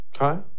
Okay